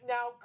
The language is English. Now